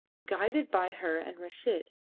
guided by her and reshid.